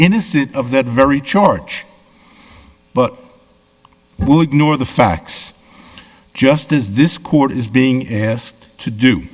innocent of that very charge but nor the facts just as this court is being asked to do